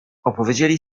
opowiedzieli